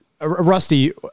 Rusty